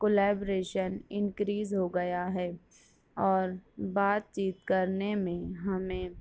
collaboration increase ہو گیا ہے اور بات چیت کرنے میں ہمیں